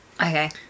Okay